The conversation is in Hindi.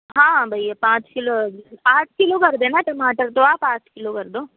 हाँ हाँ भैया पाँच किलो आठ किलो कर देना टमाटर तो आप आठ किलो कर दो